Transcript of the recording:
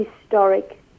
historic